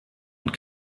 und